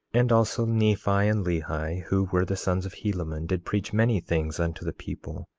and also nephi and lehi, who were the sons of helaman, did preach many things unto the people,